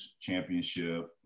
championship